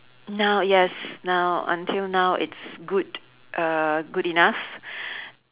now yes now until now it's good uh good enough